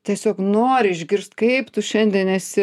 tiesiog nori išgirst kaip tu šiandien esi